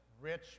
rich